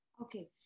Okay